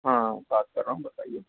हाँ बात कर रहा हूँ बताइये